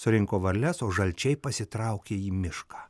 surinko varles o žalčiai pasitraukė į mišką